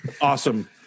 Awesome